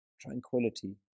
tranquility